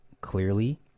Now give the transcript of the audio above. Clearly